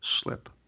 slip